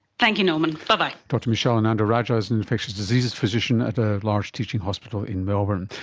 thank you norman, bye-bye. dr michelle and anadna-rajah is an infectious diseases physician at a large teaching hospital in melbourne.